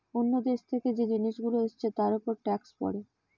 অন্য দেশ থেকে যে জিনিস গুলো এসছে তার উপর ট্যাক্স পড়ে